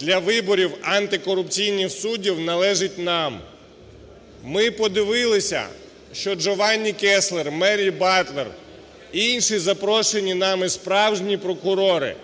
для виборів антикорупційних суддів належить нам. Ми подивилися, що Джованні Кесслер, Мері Батлер і інші, запрошені нами справжні прокурори,